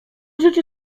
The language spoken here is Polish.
życzy